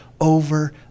over